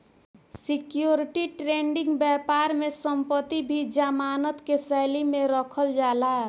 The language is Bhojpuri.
सिक्योरिटी ट्रेडिंग बैपार में संपत्ति भी जमानत के शैली में रखल जाला